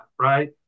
right